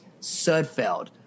Sudfeld